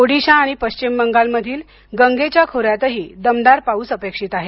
ओदिशा आणि पश्चिम बंगाल मधील गंगेच्या खोऱ्यातही दमदार पाऊस अपेक्षित आहे